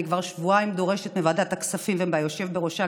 אני כבר שבועיים דורשת מוועדת הכספים ומהיושב בראשה,